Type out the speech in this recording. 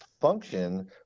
function